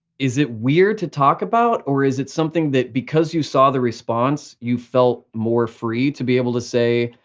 is it weird to talk about? or is it something that because you saw the response you felt more free to be able to say,